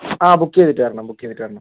ആ ബുക്ക് ചെയ്തിട്ട് വരണം ബുക്ക് ചെയ്തിട്ട് വരണം